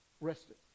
rested